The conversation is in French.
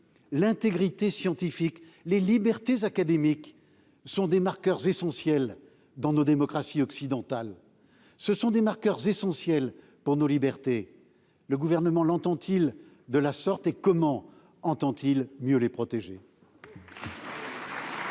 l'intégrité scientifique et les libertés académiques sont des marqueurs essentiels dans nos démocraties occidentales. Ce sont des marqueurs essentiels pour nos libertés. Le Gouvernement l'entend-il de la sorte et comment entend-il mieux les protéger ?